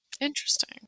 Interesting